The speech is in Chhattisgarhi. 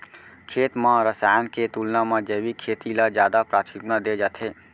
खेत मा रसायन के तुलना मा जैविक खेती ला जादा प्राथमिकता दे जाथे